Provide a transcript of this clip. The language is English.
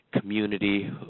community